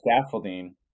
scaffolding